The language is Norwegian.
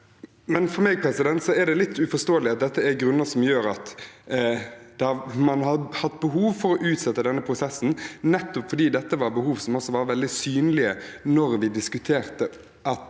For meg er det litt uforståelig at dette er grunner som gjør at man har hatt behov for å utsette denne prosessen, nettopp fordi dette var behov som også var veldig synlige da man diskuterte at